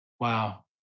Wow